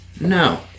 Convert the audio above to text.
No